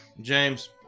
James